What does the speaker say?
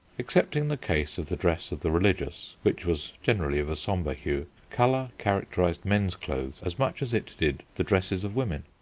excepting the case of the dress of the religious, which was generally of a sombre hue, colour characterised men's clothes as much as it did the dresses of women.